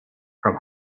from